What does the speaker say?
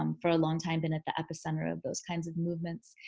um for a long time been at the epicenter of those kinds of movements.